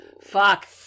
Fuck